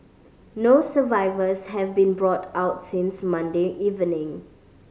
no survivors have been brought out since Monday evening